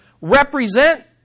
represent